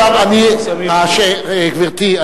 גברתי,